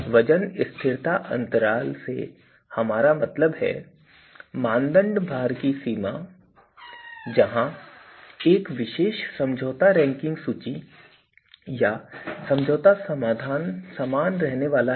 वजन स्थिरता अंतराल से हमारा मतलब है मानदंड भार की सीमा जहां एक विशेष समझौता रैंकिंग सूची या समझौता समाधान समान रहने वाला है